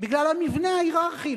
בגלל המבנה ההייררכי,